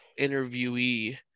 interviewee